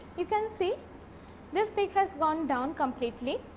you can see this peak has gone down completely